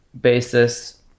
basis